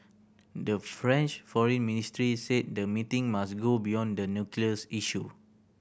the French Foreign Ministry said the meeting must go beyond the nuclear issue